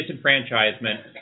disenfranchisement